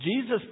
Jesus